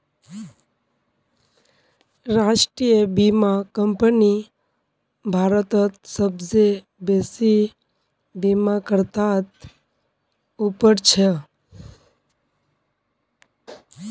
राष्ट्रीय बीमा कंपनी भारतत सबसे बेसि बीमाकर्तात उपर छ